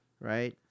Right